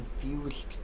confused